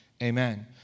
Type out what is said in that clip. amen